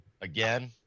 again